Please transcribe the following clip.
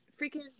freaking